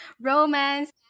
Romance